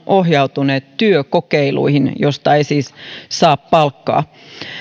ohjautuneet työkokeiluihin joista ei siis saa palkkaa